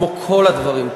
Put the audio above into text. כמו כל הדברים,